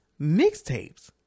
mixtapes